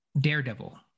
daredevil